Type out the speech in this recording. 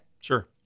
Sure